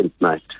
night